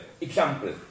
example